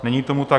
Není tomu tak.